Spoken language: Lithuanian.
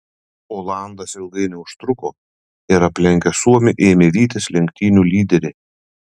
olandas ilgai neužtruko ir aplenkęs suomį ėmė vytis lenktynių lyderį